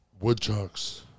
Woodchucks